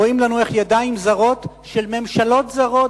רואים לנו איך ידיים זרות של ממשלות זרות